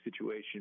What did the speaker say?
situation